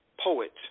poet